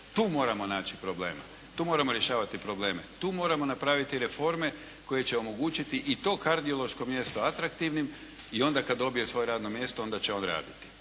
Tu moramo naći problema. Tu moramo rješavati probleme. Tu moramo napraviti reforme koje će omogućiti i to kardiološko mjesto atraktivnim i onda kada dobije svoje radno mjesto onda će on raditi.